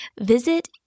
Visit